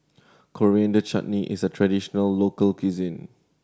Coriander Chutney is a traditional local cuisine